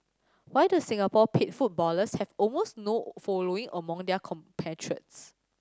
why do Singapore paid footballers have almost no following among their compatriots